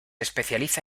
especializa